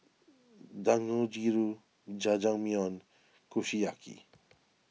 Dangojiru Jajangmyeon Kushiyaki